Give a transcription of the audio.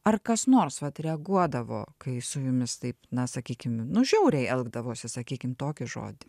ar kas nors vat reaguodavo kai su jumis taip na sakykim nu žiauriai elgdavosi sakykim tokį žodį